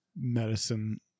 medicine